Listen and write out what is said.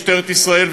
משטרת ישראל,